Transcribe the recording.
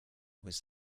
was